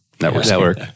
network